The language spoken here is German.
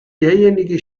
derjenige